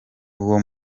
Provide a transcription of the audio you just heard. uwo